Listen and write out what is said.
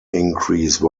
increase